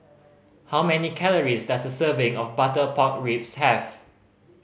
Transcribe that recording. how many calories does a serving of butter pork ribs have